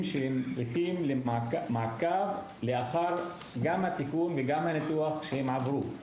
האלה צריכים מעקב לאחר התיקון והניתוח שהם עברו.